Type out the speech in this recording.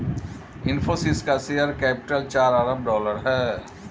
इनफ़ोसिस का share capital चार अरब डॉलर है